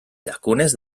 llacunes